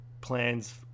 plans